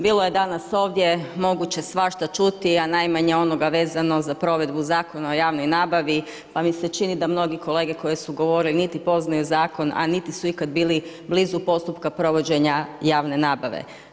Bilo je danas ovdje moguće svašta čuti a najmanje onoga vezano za provedbu Zakona o javnoj nabavi pa mi se čini da mnogi kolege koje su govorili niti poznaju zakon a niti su ikad bili blizu postupka provođenja javne nabave.